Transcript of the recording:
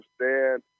understand